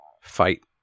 fight